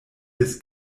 des